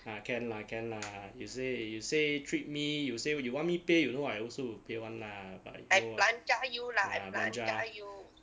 ah can lah can lah you say you say treat me you say you want me pay you know I also will pay [one] lah but you